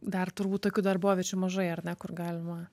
dar turbūt tokių darboviečių mažai ar ne kur galima